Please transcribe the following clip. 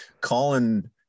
Colin